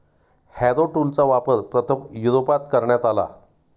Harrow टूलचा वापर प्रथम युरोपात करण्यात आला